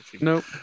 Nope